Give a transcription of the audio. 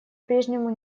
прежнему